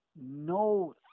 no